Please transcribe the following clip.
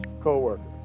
co-workers